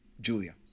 Julia